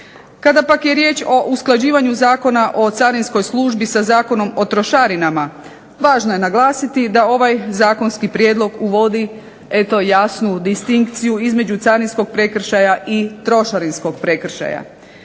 Kada pak je riječ o usklađivanju Zakona o carinskoj službi sa Zakonom o trošarinama važno je naglasiti da ovaj zakonski prijedlog uvodi eto jasnu distinkciju između carinskog prekršaja i trošarinskog prekršaja.